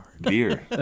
Beer